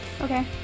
Okay